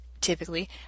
typically